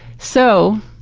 so,